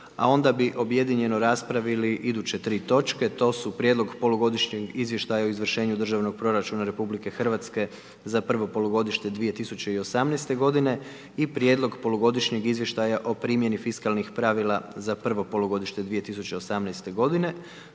A onda bi objedinjeno raspravili iduće tri točke to su: Prijedlog polugodišnjeg izvještaja o izvršenju državnog proračuna RH za prvo polugodište 2018. godine i Prijedlog polugodišnjeg izvještaja o primjeni fiskalnih pravila za prvo polugodište 2018. g.